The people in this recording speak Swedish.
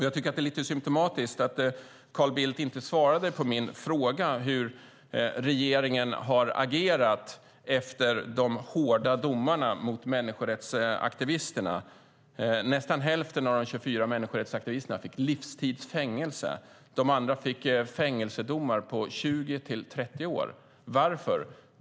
Jag tycker att det är lite symtomatiskt att Carl Bildt inte svarade på min fråga hur regeringen har agerat efter de hårda domarna mot människorättsaktivisterna. Nästan hälften av de 24 människorättsaktivisterna fick livstids fängelse. De andra fick fängelsedomar på 20-30 år. Varför?